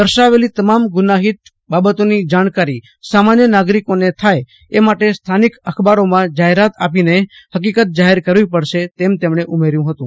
દર્શાવેલી તમામ ગુનાહિત બાબતોની જાણકારી સામાન્ય નાગરિકોને થાય એ માટે સ્થાનિક અખબારોમાં જાહેરાત આપીને હકીકત જાહેર કરવી પડશે એમ તેમને જણાવ્યું હતું